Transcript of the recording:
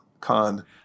con